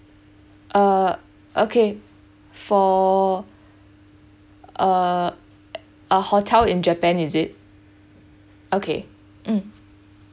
uh okay for uh hotel in japan is it okay mm